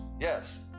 Yes